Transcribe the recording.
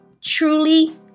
truly